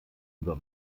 über